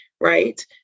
right